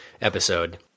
episode